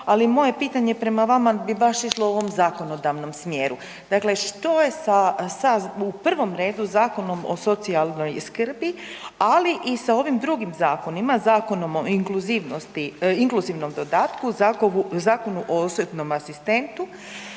ali moje pitanje prema vama bi baš išlo u ovom zakonodavnom smjeru. Dakle, što je u prvom redu sa Zakonom o socijalnoj skrbi, ali i s ovim drugim zakonima, Zakonom o inkluzivnom dodatku, Zakonu o osobnom asistentu